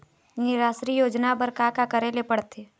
निराश्री योजना बर का का करे ले पड़ते?